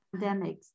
pandemics